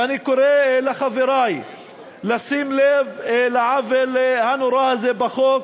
ואני קורא לחברי לשים לב לעוול הנורא הזה בחוק.